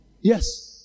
Yes